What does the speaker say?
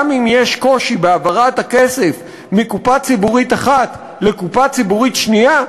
גם אם יש קושי בהעברת הכסף מקופה ציבורית אחת לקופה ציבורית שנייה,